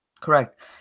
Correct